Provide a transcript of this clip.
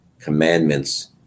Commandments